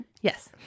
yes